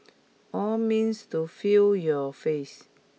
all means to feel your face